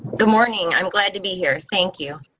the morning i'm glad to be here. thank you.